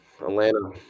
Atlanta